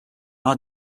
our